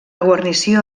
guarnició